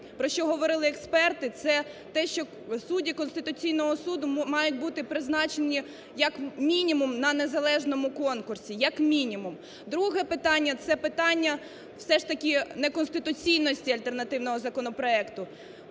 про що говорили експерти, це те, що судді Конституційного Суду мають бути призначені як мінімум на незалежному конкурсі, як мінімум. Друге питання. Це питання все ж таки неконституційності альтернативного законопроекту.